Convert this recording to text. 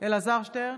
אלעזר שטרן,